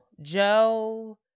Joe